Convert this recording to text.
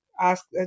ask